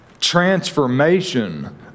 transformation